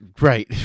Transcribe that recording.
Right